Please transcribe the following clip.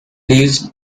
leaves